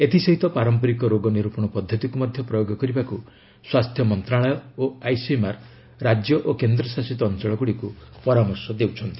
ଏଥିସହିତ ପାରମ୍ପରିକ ରୋଗ ନିର୍ ପଣ ପଦ୍ଧତିକୁ ମଧ୍ୟ ପ୍ରୟୋଗ କରିବାକୁ ସ୍ୱାସ୍ଥ୍ୟ ମନ୍ତ୍ରଣାଳୟ ଓ ଆଇସିଏମ୍ଆର୍ ରାଜ୍ୟ ଓ କେନ୍ଦ୍ରଶାସିତ ଅଞ୍ଚଳଗୁଡ଼ିକୁ ପରାମର୍ଶ ଦେଇଛନ୍ତି